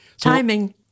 timing